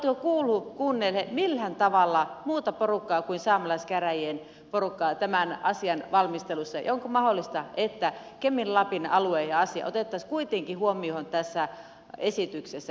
oletteko kuullut kuunnellut millään tavalla muuta porukkaa kuin saamelaiskäräjien porukkaa tämän asian valmistelussa ja onko mahdollista että kemin lapin alue ja asia otettaisiin kuitenkin huomioon tässä esityksessä jollain tavalla edes